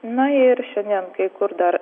na ir šiandien kai kur dar